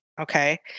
okay